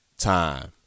time